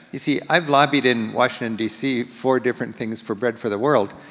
you see, i've lobbied in washington, d c. for different things for bread for the world.